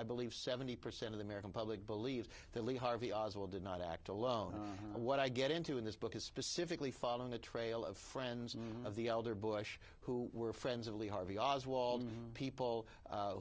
i believe seventy percent of the american public believes that lee harvey oswald did not act alone what i get into in this book is specifically following the trail of friends of the elder bush who were friends of lee harvey oswald people